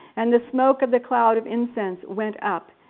and the smoke of the cloud of incense went up.